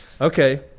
Okay